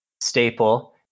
staple